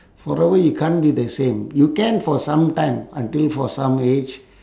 forever you can't be the same you can for some time until for some age